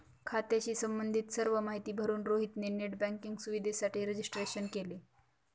खात्याशी संबंधित सर्व माहिती भरून रोहित ने नेट बँकिंग सुविधेसाठी रजिस्ट्रेशन केले